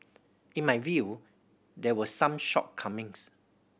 in my view there were some shortcomings